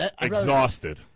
exhausted